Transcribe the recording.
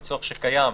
הצורך שקיים,